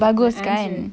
bagus kan